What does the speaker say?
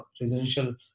residential